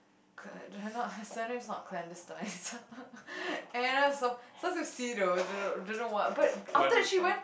not her surname is not Clan this time but Anna some starts with C though but after that she went